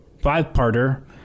five-parter